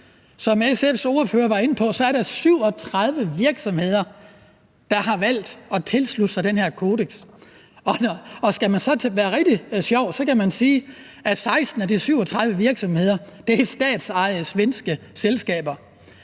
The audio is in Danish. Som SF's ordfører var inde på, er der 37 virksomheder, der har valgt at tilslutte sig det her kodeks, og skal man være rigtig sjov, kan man sige, at 16 af de 37 virksomheder er statsejede svenske selskaber.